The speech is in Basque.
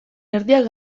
erdiak